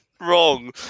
wrong